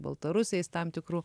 baltarusiais tam tikrų